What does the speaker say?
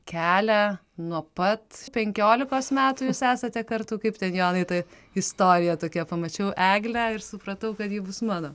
kelią nuo pat penkiolikos metų jūs esate kartu kaip ten jonai tai istorija tokia pamačiau eglę ir supratau kad ji bus mano